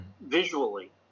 visually